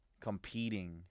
competing